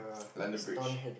London-Bridge